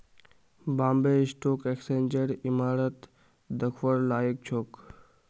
Bombay stock एक्सचेंजेर इमारत दखवार लायक छोक